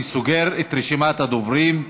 אני סוגר את רשימת הדוברים.